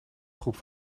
groep